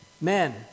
Men